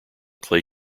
clay